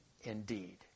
indeed